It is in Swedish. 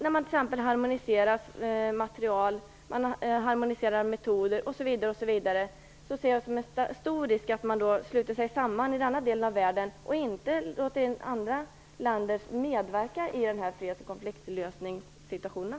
När man harmoniserar material och metoder osv. ser jag det som en stor risk när man sluter sig samman i denna del av världen och inte ens låter andra länder medverka i freds och konfliktlösningssituationen.